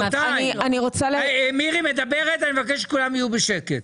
רבותיי, מירי מדברת, אני מבקש שכולם יהיו בשקט.